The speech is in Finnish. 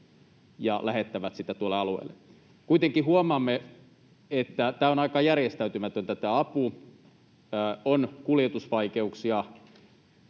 ja lähettävät sitä tuolle alueelle. Kuitenkin huomaamme, että tämä apu on aika järjestäytymätöntä. On kuljetusvaikeuksia,